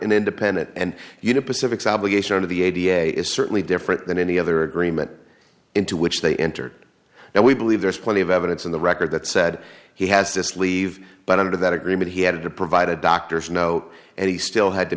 and independent and you know pacific's obligation to the a b a is certainly different than any other agreement into which they entered and we believe there's plenty of evidence in the record that said he has this leave but under that agreement he had to provide a doctor's note and he still had to